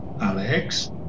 Alex